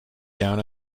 down